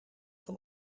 van